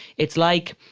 it's like.